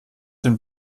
den